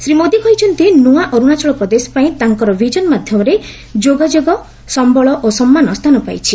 ଶ୍ରୀ ମୋଦି କହିଛନ୍ତି ନୂଆ ଅରୁଣାଚଳ ପ୍ରଦେଶ ପାଇଁ ତାଙ୍କର ବିଜନ ମଧ୍ୟରେ ଯୋଗାଯୋଗ ସମ୍ଭଳ ଓ ସମ୍ମାନ ସ୍ଥାନ ପାଇଛି